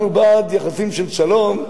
אנחנו בעד יחסים של שלום,